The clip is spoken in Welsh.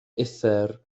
uthr